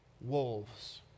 wolves